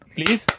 Please